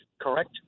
correct